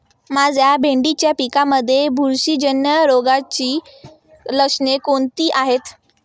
माझ्या भेंडीच्या पिकामध्ये बुरशीजन्य रोगाची लक्षणे कोणती आहेत?